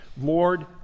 Lord